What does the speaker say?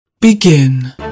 Begin